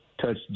touch